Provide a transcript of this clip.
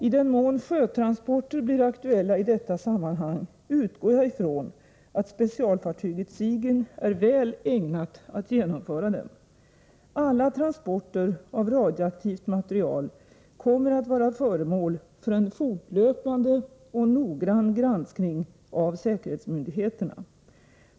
I den mån sjötransporter blir aktuella i detta sammanhang, utgår jag från att specialfartyget Sigyn är väl ägnat att genomföra dem. Alla transporter av radioaktivt material kommer att vara föremål för en fortlöpande och noggrann granskning av säkerhetsmyndigheterna.